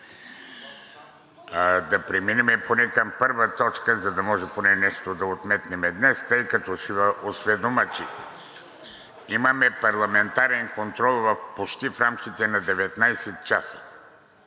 да преминем поне към първа точка, за да можем поне нещо да отметнем днес, тъй като ще Ви осведомя, че имаме парламентарен контрол почти в рамките на 19 часа.